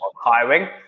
hiring